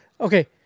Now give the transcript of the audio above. okay